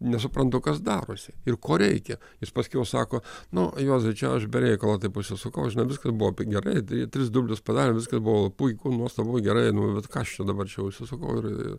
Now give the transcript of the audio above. nesuprantu kas darosi ir ko reikia jis paskiau sako nu juozai čia aš be reikalo taip užsisukau žinai viskas buvo gerai tai tris dublius padarė viskas buvo puiku nuostabu gerai nu bet ką aš čia dabar čia užsisukau ir